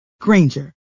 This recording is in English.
granger